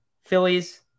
Phillies